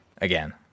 again